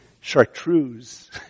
chartreuse